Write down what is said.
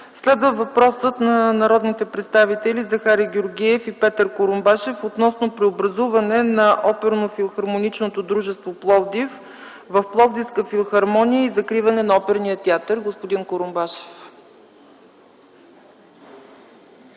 Следва въпросът от народните представители Захари Георгиев и Петър Курумбашев относно преобразуване на Оперно-филхармоничното дружество – Пловдив, в Пловдивска филхармония и закриване на Оперния театър. Господин Курумбашев.